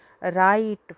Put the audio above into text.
right